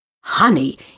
Honey